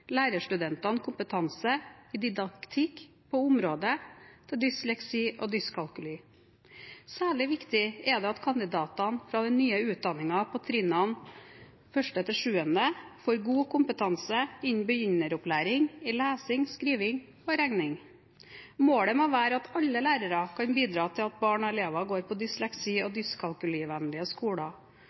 lærerstudentene kompetanse i didaktikk på området dysleksi og dyskalkuli. Særlig viktig er det at kandidatene fra den nye utdanningen på trinnene 1.–7. får god kompetanse innen begynneropplæring i lesing, skriving og regning. Målet må være at alle lærere kan bidra til at barn og elever går på dysleksi- og dyskalkulivennlige skoler,